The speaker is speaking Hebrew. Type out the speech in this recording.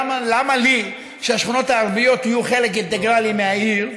למה לי שהשכונות הערביות יהיו חלק אינטגרלי מהעיר?